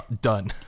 Done